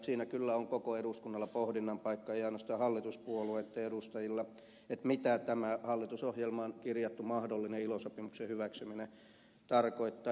siinä kyllä on koko eduskunnalla pohdinnan paikka ei ainoastaan hallituspuolueitten edustajilla mitä tämä hallitusohjelmaan kirjattu mahdollinen ilo sopimuksen hyväksyminen tarkoittaa